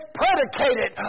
predicated